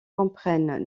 comprennent